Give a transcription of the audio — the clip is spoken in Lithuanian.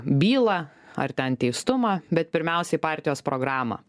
bylą ar ten teistumą bet pirmiausiai partijos programą